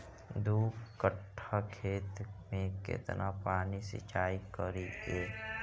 दू कट्ठा खेत में केतना पानी सीचाई करिए?